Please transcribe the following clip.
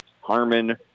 Harmon